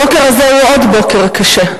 הבוקר הזה הוא עוד בוקר קשה,